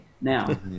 now